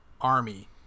Army